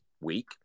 week